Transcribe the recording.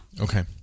Okay